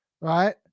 Right